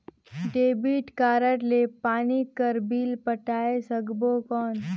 Debit card ले पानी कर बिल पटाय सकबो कौन?